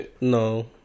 no